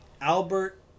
Albert